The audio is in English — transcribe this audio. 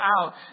out